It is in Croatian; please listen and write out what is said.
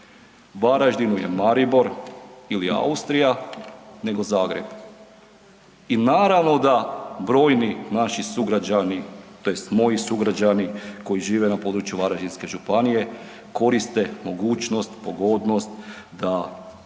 Varaždinu je Maribor ili Austrija nego Zagreb i naravno da brojni naši sugrađani tj. moji sugrađani koji žive na području Varaždinske županije, koriste mogućnost, pogodnost da